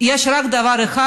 יש רק דבר אחד,